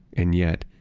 and yet,